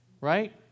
right